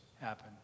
happen